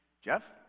Jeff